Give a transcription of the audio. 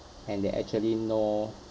and they actually know